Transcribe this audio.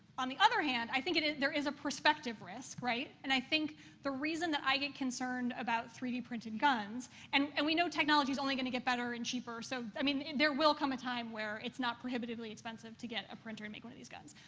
on the other hand, i think it is there is a prospective risk, right, and i think the reason that i get concerned about three d printed guns and and we know technology's only gonna get better and cheaper. so, i mean, there will come a time where it's not prohibitively expensive to get a printer and make one of these guns